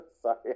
sorry